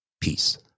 Peace